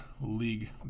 league